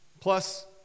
Plus